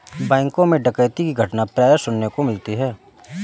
बैंकों मैं डकैती की घटना प्राय सुनने को मिलती है